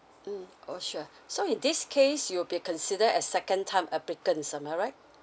mmhmm oh sure so in this case you'll be considered as second time applicants am I right